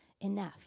enough